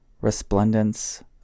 resplendence